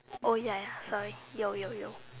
oh ya ya sorry yo yo yo